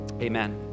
amen